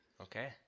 Okay